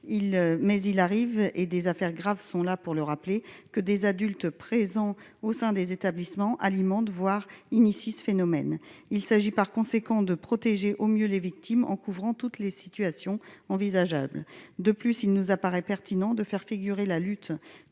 mais il arrive et des affaires graves sont là pour le rappeler que des adultes présents au sein des établissements aliments voir initie ce phénomène, il s'agit par conséquent de protéger au mieux les victimes en couvrant toutes les situations envisageables de plus, il nous apparaît pertinent de faire figurer la lutte